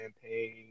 campaign